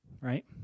Right